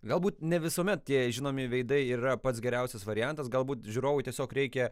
galbūt ne visuomet tie žinomi veidai ir yra pats geriausias variantas galbūt žiūrovui tiesiog reikia